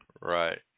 Right